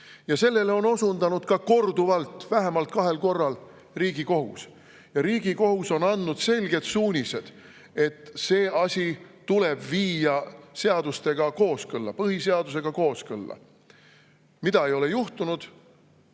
Sellele on osundanud korduvalt, vähemalt kahel korral, ka Riigikohus. Ja Riigikohus on andnud selged suunised, et see asi tuleb viia seadustega kooskõlla, põhiseadusega kooskõlla. Mida aga ei ole juhtunud?